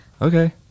okay